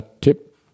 tip